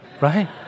right